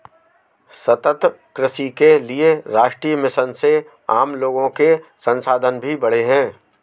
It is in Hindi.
सतत कृषि के लिए राष्ट्रीय मिशन से आम लोगो के संसाधन भी बढ़े है